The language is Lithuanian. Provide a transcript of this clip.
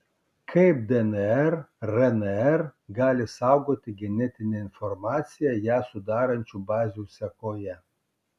kaip dnr rnr gali saugoti genetinę informaciją ją sudarančių bazių sekoje